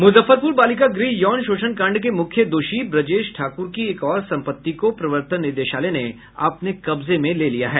मुजफ्फरपुर बालिका गृह यौन शोषण कांड के मुख्य दोषी ब्रजेश ठाकुर की एक और संपत्ति को प्रवर्तन निदेशालय ने अपने कब्जे में ले लिया है